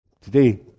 Today